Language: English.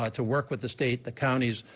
ah to work with the state, the counties,